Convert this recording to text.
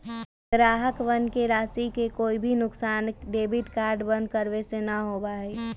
ग्राहकवन के राशि के कोई भी नुकसान डेबिट कार्ड बंद करावे से ना होबा हई